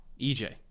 EJ